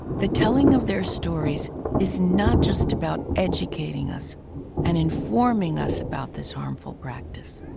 the telling of their stories is not just about educating us and informing us about this harmful practice.